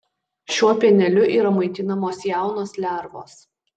šiuo pieneliu yra maitinamos jaunos lervos